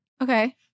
Okay